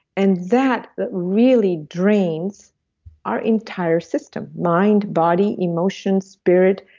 and that that really drains our entire system, mind, body, emotion spirit,